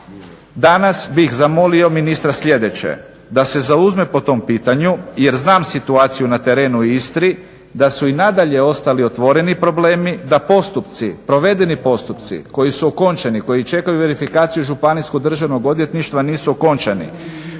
danas bih zamolio ministra sljedeće, da se zauzme po tom pitanju jer znam situaciju na terenu u Istri, da su i nadalje ostali otvoreni problemi, da provedeni postupci koji su okončani, koji čekaju verifikaciju županijskog državnog odvjetništva nisu okončani,